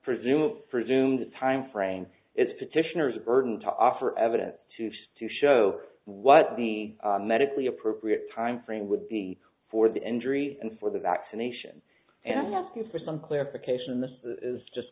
presumed timeframe it's petitioner's burden to offer evidence to show to show what the medically appropriate timeframe would be for the injury and for the vaccination and ask you for some clarification this is just